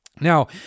Now